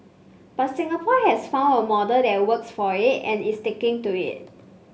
but Singapore has found a model that works for it and is sticking to it